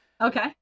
okay